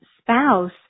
spouse